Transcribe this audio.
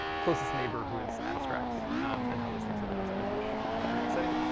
closest neighbor who is abstract in how those things are represented, which which is pretty exciting.